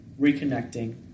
reconnecting